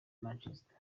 manchester